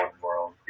world